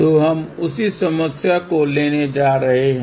तो हम उसी समस्या को लेने जा रहे हैं